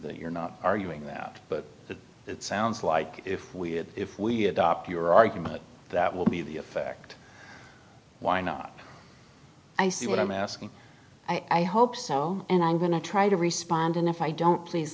that you're not arguing that but it sounds like if we have if we adopt your argument that will be the effect why not i see what i'm asking i hope so and i'm going to try to respond and if i don't please